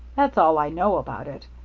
that's all i know about it.